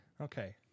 Okay